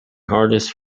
harness